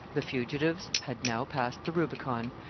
the fugitives had now passed the rubicon,